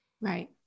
Right